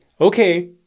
okay